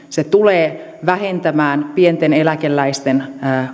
se tulee vähentämään pienten eläkeläisten